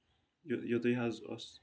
یِتُے حظ اوس